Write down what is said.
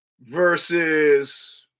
Versus